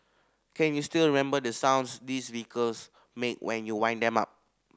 can you still remember the sounds these vehicles make when you wind them up